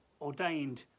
ordained